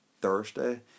Thursday